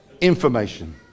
information